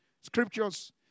Scriptures